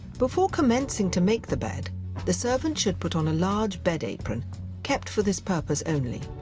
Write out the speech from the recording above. before commencing to make the bed the servant should put on a large bed apron kept for this purpose only,